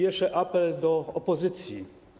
Jeszcze apel do opozycji.